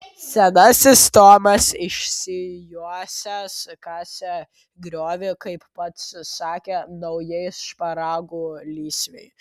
senasis tomas išsijuosęs kasė griovį kaip pats sakė naujai šparagų lysvei